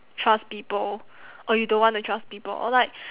trust people or you don't want to trust people or like